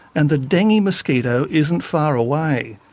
and the dengue mosquito isn't far away.